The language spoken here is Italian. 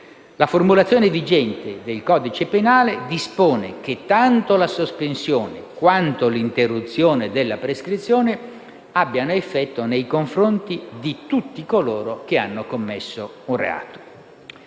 La formulazione vigente del codice penale dispone che tanto la sospensione quanto l'interruzione della prescrizione abbiano effetto nei confronti di tutti coloro che hanno commesso un reato.